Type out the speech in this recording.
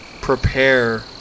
prepare